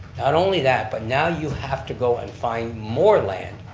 not only that, but now you have to go and find more land,